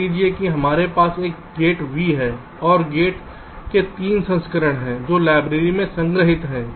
मान लीजिए कि हमारे पास एक गेट v है और गेट के 3 संस्करण हैं जो लाइब्रेरी में संग्रहीत हैं